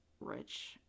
rich